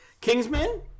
Kingsman